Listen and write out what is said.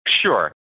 Sure